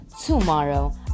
tomorrow